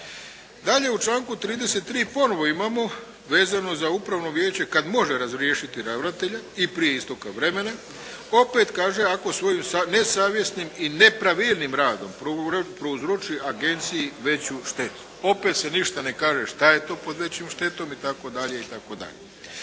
Dalje u članku 33. ponovo imamo vezano za Upravno vijeće kad može razriješiti ravnatelja i prije isteka vremena, opet kaže ako svojim nesavjesnim i nepravilnim radom prouzroči Agenciji veću štetu. Opet se ništa ne kaže šta je to pod većom štetom i tako